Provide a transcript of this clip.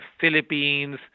Philippines